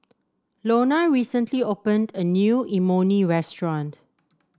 Lonna recently opened a new Imoni restaurant